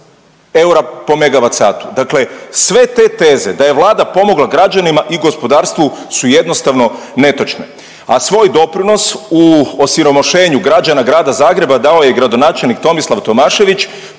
eura po megavat satu. Dakle, sve te teze da je Vlada pomogla građanima i gospodarstvu su jednostavno netočne. A svoj doprinos u osiromašenju građana Grada Zagreba dao je i gradonačelnik Tomislav Tomašević